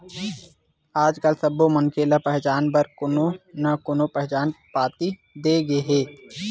आजकाल सब्बो मनखे ल पहचान बर कोनो न कोनो पहचान पाती दे गे हे